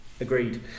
Agreed